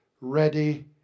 ready